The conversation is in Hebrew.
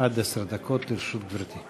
עד עשר דקות לרשות גברתי.